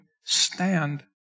stand